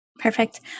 perfect